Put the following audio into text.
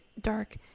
dark